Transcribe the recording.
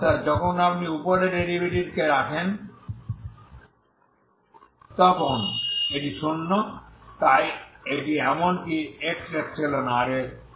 অর্থাৎ যখন আপনি উপরের ডেরিভেটিভে রাখেন তখন এটি শূন্য তাই এটি এমনকি x∈R তেও সন্তুষ্ট